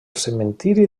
cementiri